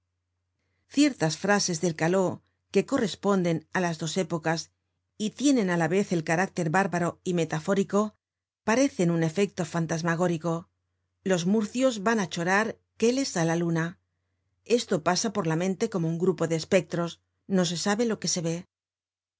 ciertas frases del caló que corresponden á las dos épocas y tienen á la vez el carácter bárbaro y metafórico parecen un efecto fantasmagórico los murcios van á chorar queles á la luna esto pasa por la mente como un grupo de espectros no se sabe lo que se ve